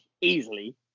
easily